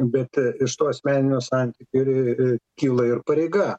bet i iš to asmeninio santykių ir ir į kyla ir pareiga